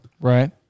Right